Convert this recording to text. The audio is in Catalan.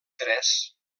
tres